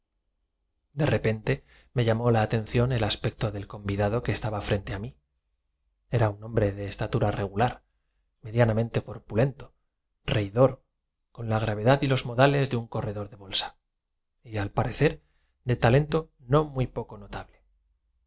de repente me llamó la atención el aspecto del convidado espero que el señor hermann antes de dejarnos nos referirá una que estaba frente a mí era un hombre de estatura regular medianamente cor historia alemana que nos meta miedo estas palabras las pronunció a los postres una joven pálida y rubia pulento reidor con la gravedad y los modales de un corredor de bolsa y al parecer de talento no muy poco notable